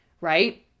right